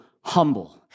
humble